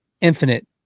infinite